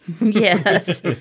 Yes